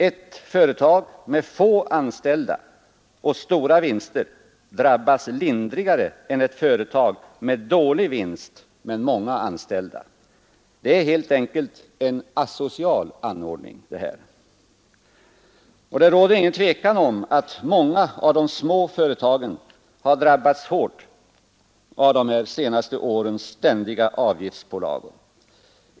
Ett företag med få anställda och stora vinster drabbas lindrigare än ett företag med dålig vinst men många anställda. Det är helt enkelt en asocial anordning. Det råder inget tvivel om att många av de små företagen har drabbats hårt av de senaste årens ständiga avgiftspålagor.